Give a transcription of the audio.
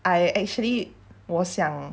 I actually 我想